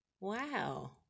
wow